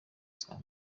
saa